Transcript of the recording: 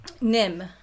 Nim